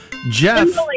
Jeff